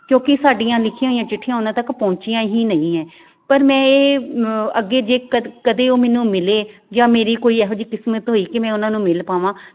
ਕਿਉਂਕਿ ਸਾਡੀਆਂ ਲਿਖੀਆਂ ਹੋਈਆਂ ਚਿੱਠੀਆਂ ਉਹਨਾਂ ਤੱਕ ਪਹੁੰਚੀਆਂ ਹੀ ਨਹੀਂ ਹੈ ਪਰ ਮੈਂ ਇਹ ਅੱਗੇ ਜੇ ਕ ਕਦੇ ਉਹ ਮੈਨੂੰ ਮਿਲੇ ਜਾਂ ਮੇਰੀ ਕੋਈ ਇਹੋ ਜਿਹੀ ਕਿਸਮਤ ਹੋਈ ਕਿ ਮੈਂ ਉਹਨਾਂ ਨੂੰ ਮਿਲ ਪਾਵਾਂ